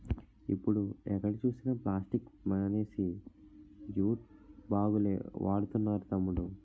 ఇప్పుడు ఎక్కడ చూసినా ప్లాస్టిక్ మానేసి జూట్ బాగులే వాడుతున్నారు తమ్ముడూ